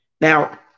Now